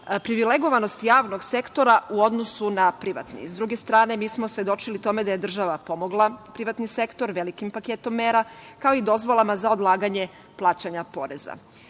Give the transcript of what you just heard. privilegovanost javnog sektora u odnosu na privatni. S druge strane, mi smo svedočili tome da je država pomogla privatni sektor velikim paketom mera, kao i dozvolama za odlaganje plaćanja